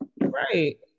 Right